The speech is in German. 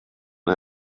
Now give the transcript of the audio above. der